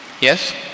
Yes